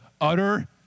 utter